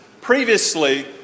previously